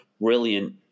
brilliant